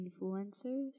influencers